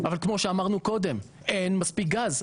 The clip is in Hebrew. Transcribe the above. אבל כמו שאמרנו קודם אין מספיק גז,